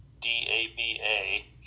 D-A-B-A